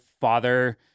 father